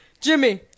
Jimmy